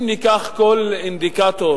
אם ניקח כל אינדיקטור